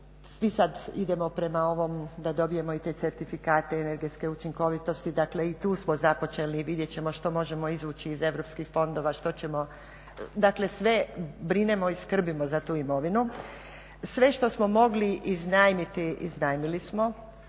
Svi sada idemo prema ovom da dobijemo i te certifikate energetske učinkovitosti, dakle i tu smo započeli, vidjeti ćemo što možemo izvući iz europskih fondova, što ćemo, dakle sve brinemo i skrbimo za tu imovinu. Sve što smo mogli iznajmiti, iznajmili smo,